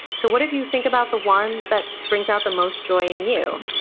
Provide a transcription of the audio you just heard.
so, what if you think about the one that brings out the most joy in you,